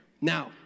Now